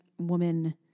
woman